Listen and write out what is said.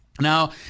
Now